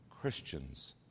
Christians